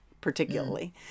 particularly